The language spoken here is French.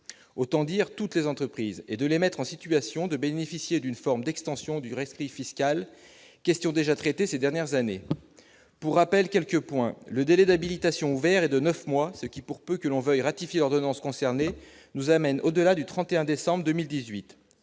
autant dire toutes les entreprises et de les mettre en situation de bénéficier d'une forme d'extension du rescrit fiscal questions déjà traitées ces dernières années pour rappel, quelques points, le délai d'habilitation ouvert et de 9 mois, ce qui, pour peu que l'on veuille ordonnances concernées nous amène, au-delà du 31 décembre 2018,